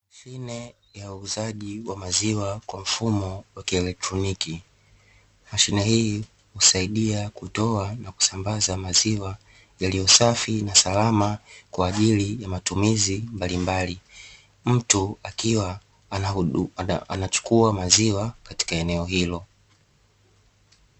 Mashine yauzaji wa maziwa kwa mfumo wa kielektroniki, mashine hii husaidia kutoa na kusambaza maziwa yaliyosafi na salama kwa ajili ya matumizi mbalimbali, mtu akiwa anachukua maziwa katika eneo hilo.